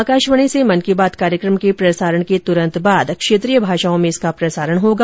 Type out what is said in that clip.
आकाशवाणी से मन की बात कार्यक्रम के प्रसारण के तुरंत बाद क्षेत्रीय भाषाओं में इसका प्रसारण होगा